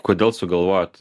kodėl sugalvojot